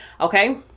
Okay